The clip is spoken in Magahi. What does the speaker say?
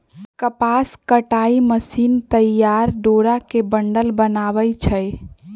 कपास कताई मशीन तइयार डोरा के बंडल बनबै छइ